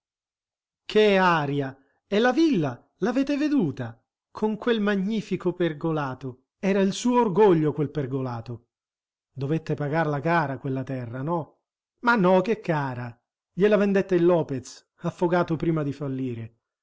che aria e la villa l'avete veduta con quel magnifico pergolato era il suo orgoglio quel pergolato dovette pagarla cara quella terra no ma no che cara gliela vendette il lopez affogato prima di fallire